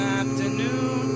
afternoon